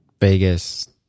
Vegas